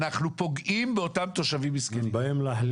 אנחנו פוגעים באותם תושבים מסכנים.